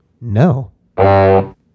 No